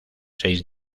seis